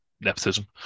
nepotism